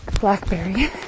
Blackberry